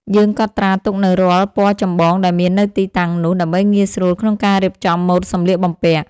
យើងកត់ត្រាទុកនូវរាល់ពណ៌ចម្បងដែលមាននៅទីតាំងនោះ ដើម្បីងាយស្រួលក្នុងការរៀបចំម៉ូដសម្លៀកបំពាក់។